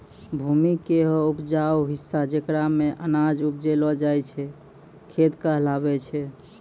भूमि के हौ उपजाऊ हिस्सा जेकरा मॅ अनाज उपजैलो जाय छै खेत कहलावै छै